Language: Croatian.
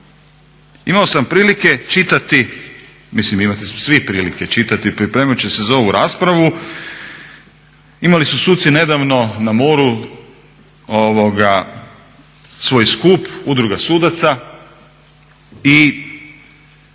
Imao sam prilike čitati, mislim imate svi prilike čitati, pripremajući se za ovu raspravu, imali su suci nedavno na moru svoj skup, Udruga sudaca i